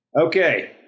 Okay